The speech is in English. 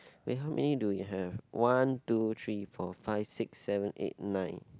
eh how many do we have one two three four five six seven eight nine